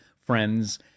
friends